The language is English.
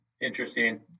interesting